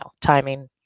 timing